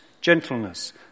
gentleness